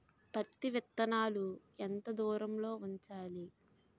పత్తి విత్తనాలు ఎంత దూరంలో ఉంచాలి?